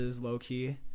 low-key